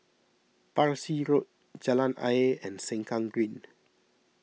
Parsi Road Jalan Ayer and Sengkang Green